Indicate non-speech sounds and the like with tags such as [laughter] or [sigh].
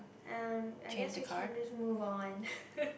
um I guess you can just move on [laughs]